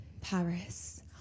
Paris